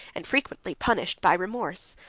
and frequently punished by remorse.